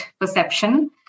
perception